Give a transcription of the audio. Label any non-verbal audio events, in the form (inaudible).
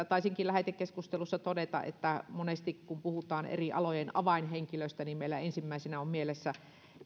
(unintelligible) taisinkin lähetekeskustelussa todeta että monesti kun puhutaan eri alojen avainhenkilöistä meillä ensimmäisenä on mielessä